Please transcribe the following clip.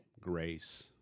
grace